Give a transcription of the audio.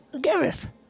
Gareth